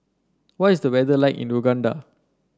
what is the weather like in Uganda